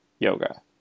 Yoga